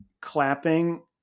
clapping